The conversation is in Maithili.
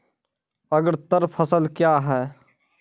अग्रतर फसल क्या हैं?